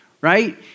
right